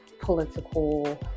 political